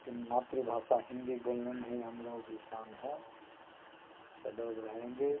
लेकिन मातृभाषा हिन्दी बोलने में ही हम लोगों की शान है सदैव रहेंगे